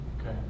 Okay